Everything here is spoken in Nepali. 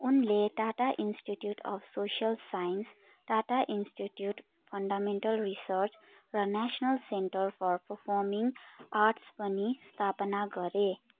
उनले Tata institute of social science Tata institute of fundamental research र national centre for performing arts पनि स्थापना गरे